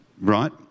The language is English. Right